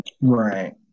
Right